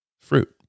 fruit